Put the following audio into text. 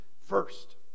first